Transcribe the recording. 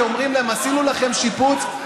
אומרים להם: עשינו לכם שיפוץ,